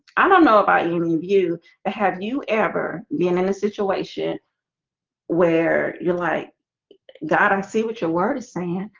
i don't know about any of you. but ah have you ever been in a situation where? you're like god, i see what your word is saying,